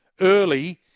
early